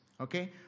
Okay